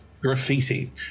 graffiti